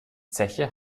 zeche